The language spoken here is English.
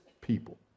people